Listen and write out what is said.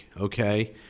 okay